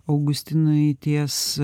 augustinai ties